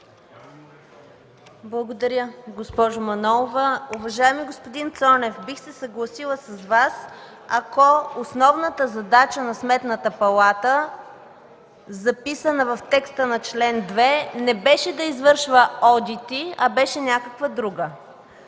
Благодаря, госпожо Манолова. Уважаеми господин Цонев, бих се съгласила с Вас, ако основната задача на Сметната палата, записана в текста на чл. 2, не беше да извършва одити, а беше някаква друга.